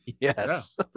Yes